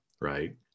right